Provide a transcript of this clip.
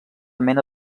mena